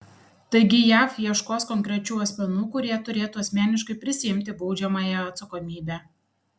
taigi jav ieškos konkrečių asmenų kurie turėtų asmeniškai prisiimti baudžiamąją atsakomybę